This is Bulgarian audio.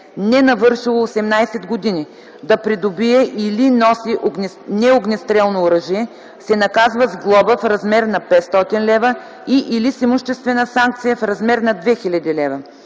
ненавършило 18 години, да придобие или носи неогнестрелно оръжие, се наказва с глоба в размер на 500 лв. и/или с имуществена санкция в размер на 2000 лв.